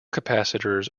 capacitors